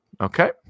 Okay